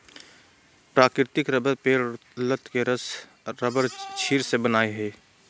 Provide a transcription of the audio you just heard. प्राकृतिक रबर पेड़ और लत के रस रबरक्षीर से बनय हइ